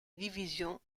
division